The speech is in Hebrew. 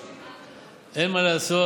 אין מה לעשות.